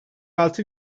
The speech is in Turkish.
altı